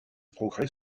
progrès